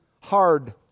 hard